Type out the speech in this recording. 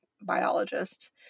biologist